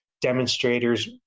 demonstrators